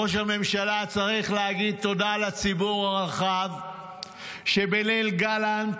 ראש הממשלה היה צריך להגיד תודה לציבור הרחב שבליל גלנט